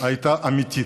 הייתה אמיתית,